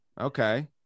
Okay